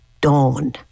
Dawn